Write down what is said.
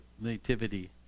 nativity